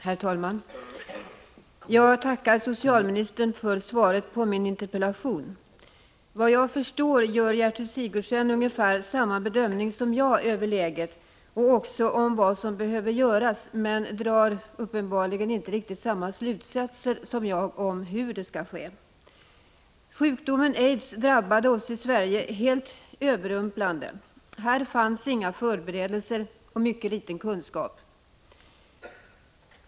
Herr talman! Jag tackar socialministern för svaret på min interpellation. Såvitt jag förstår gör Gertrud Sigurdsen ungefär samma bedömning som jag av läget och också av vad som behöver göras, men hon drar uppenbarligen inte riktigt samma slutsatser som jag om hur det skall ske. Sjukdomen aids drabbade oss i Sverige helt överrumplande. Här fanns inga förberedelser och mycket liten kunskap.